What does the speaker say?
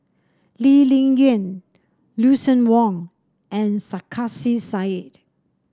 Lee Ling Yen Lucien Wang and Sarkasi Said